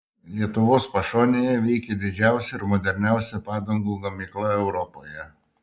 lietuvos pašonėje veikia didžiausia ir moderniausia padangų gamykla europoje